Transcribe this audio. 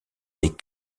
les